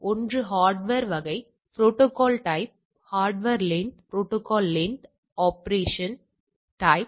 ஒன்று ஹார்ட்வர் வகை protocol type hardware length protocol length operation type